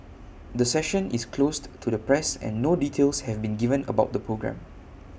the session is closed to the press and no details have been given about the programme